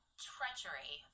treachery